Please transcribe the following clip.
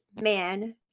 man